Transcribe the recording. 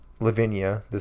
Lavinia